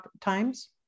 times